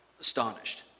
astonished